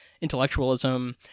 intellectualism